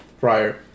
prior